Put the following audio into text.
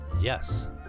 Yes